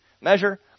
measure